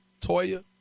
Toya